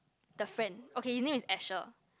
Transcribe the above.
the friend okay his name is Asher